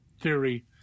theory